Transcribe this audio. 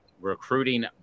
recruiting